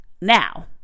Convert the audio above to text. Now